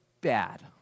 bad